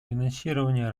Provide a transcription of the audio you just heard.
финансирования